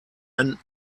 ein